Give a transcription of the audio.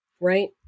right